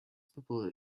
people